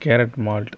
carrot malt